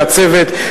והצוות,